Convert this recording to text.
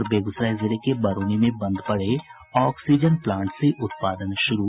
और बेगूसराय जिले के बरौनी में बंद पड़े ऑक्सीजन प्लांट से उत्पादन शुरू